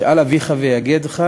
"שאל אביך ויגדך,